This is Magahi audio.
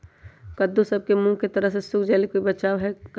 कददु सब के मुँह के तरह से सुख जाले कोई बचाव है का?